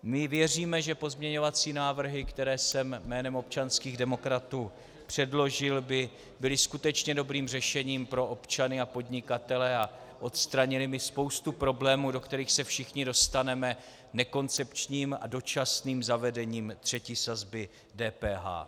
My věříme, že pozměňovací návrhy, které jsem jménem ODS předložil, by byly skutečně dobrým řešením pro občany a podnikatele a odstranily by spoustu problémů, do kterých se všichni dostaneme nekoncepčním a dočasným zavedením třetí sazby DPH.